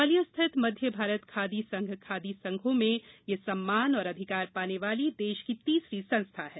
ग्वालियर स्थित मध्य भारत खादी संघ खादी संघों में ये सम्मान और अधिकार पाने वाली देश की तीसरी संस्था है